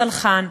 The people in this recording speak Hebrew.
סלחן,